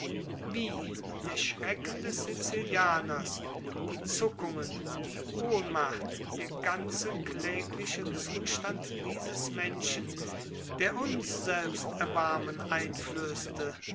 wie der schrecken des sizilianers die zuckungen die ohnmacht der ganze klägliche zustand dieses menschen der uns selbst erbarmen einflößte